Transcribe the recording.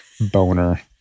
boner